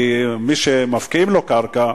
כי מי שמפקיעים לו קרקע,